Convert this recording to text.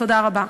תודה רבה.